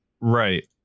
Right